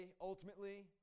ultimately